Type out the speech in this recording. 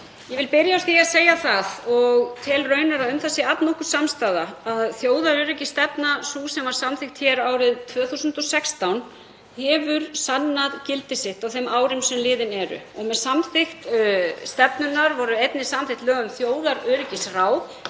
Ég vil byrja á því að segja það, og tel raunar að um það sé allnokkur samstaða, að þjóðaröryggisstefna sú sem var samþykkt árið 2016 hefur sannað gildi sitt á þeim árum sem liðin eru. Með samþykkt stefnunnar voru einnig samþykkt lög um þjóðaröryggisráð